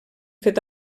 fet